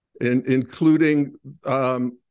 including